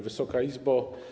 Wysoka Izbo!